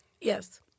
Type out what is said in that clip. Yes